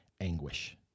anguish